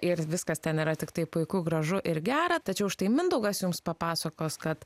ir viskas ten yra tiktai puiku gražu ir gera tačiau štai mindaugas jums papasakos kad